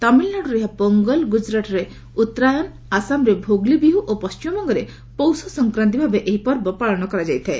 ତାମିଲନାଡୁରେ ଏହା ପୋଙ୍ଗଲ ଗୁଜରାଟରେ ଉତ୍ତରାୟଣ ଆସାମରେ ଭୋଗଲି ବିହୁ ଏବଂ ପଣ୍ଟିମବଙ୍ଗରେ ପୌଷ ସଂକ୍ରାନ୍ତି ଭାବେ ଏହି ପର୍ବ ପାଳନ କରାଯାଇଥାଏ